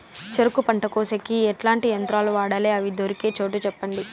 చెరుకు పంట కోసేకి ఎట్లాంటి యంత్రాలు వాడాలి? అవి దొరికే చోటు చెప్పండి?